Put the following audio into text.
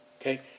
Okay